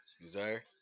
Desire